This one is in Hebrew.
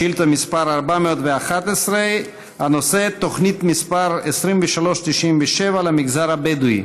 שאילתה מס' 411. הנושא: תוכנית מס' 2397 למגזר הבדואי.